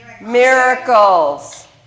miracles